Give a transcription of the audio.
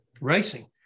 racing